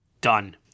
Done